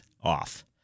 off